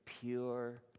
pure